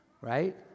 right